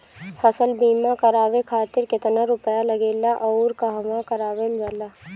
फसल बीमा करावे खातिर केतना रुपया लागेला अउर कहवा करावल जाला?